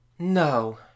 no